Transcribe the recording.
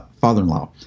father-in-law